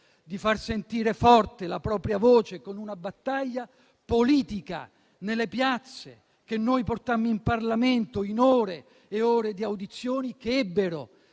di far sentire forte la propria voce con una battaglia politica - nelle piazze - che noi portammo in Parlamento, in ore e ore di audizioni che ebbero